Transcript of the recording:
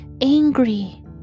angry